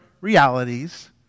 realities